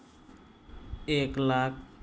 ᱮᱹᱠ ᱞᱟᱠ